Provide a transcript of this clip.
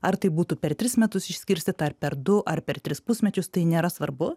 ar tai būtų per tris metus išskirstyta ar per du ar per tris pusmečius tai nėra svarbu